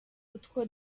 utwo